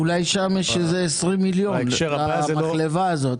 אולי שם יש איזה 20 מיליון למחלבה הזאת.